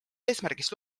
eesmärgiks